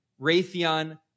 Raytheon